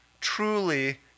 Truly